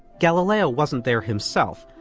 galileo wasn't there himself,